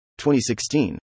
2016